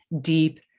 deep